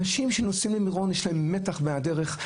אנשים שנוסעים למירון יש להם מתח מן הדרך,